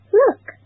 look